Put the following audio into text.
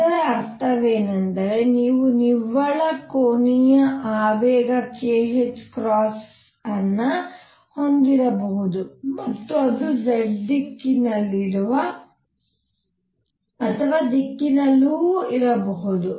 ಇದರ ಅರ್ಥವೇನೆಂದರೆ ನೀವು ನಿವ್ವಳ ಕೋನೀಯ ಆವೇಗ kℏ ವನ್ನು ಹೊಂದಿರಬಹುದು ಮತ್ತು ಅದು z ದಿಕ್ಕಿನಲ್ಲಿರುವ ದಿಕ್ಕಿನಲ್ಲಿರಬಹುದು